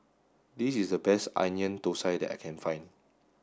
this is the best Onion Thosai that I can find